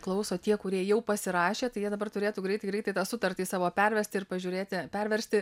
klauso tie kurie jau pasirašė tai jie dabar turėtų greitai greitai tą sutartį savo pervesti ir pažiūrėti perversti